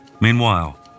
Meanwhile